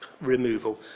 removal